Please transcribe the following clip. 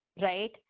right